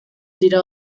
dira